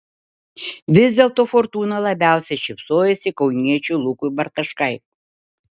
vis dėlto fortūna labiausiai šypsojosi kauniečiui lukui bartaškai